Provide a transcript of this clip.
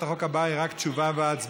הצעת החוק הבאה היא רק תשובה והצבעה,